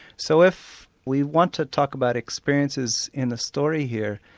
so if we want to talk about experiences in the story here,